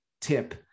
tip